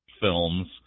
films